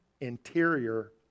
interior